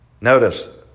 Notice